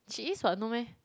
she is what no meh